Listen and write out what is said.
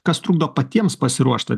kas trukdo patiems pasiruošt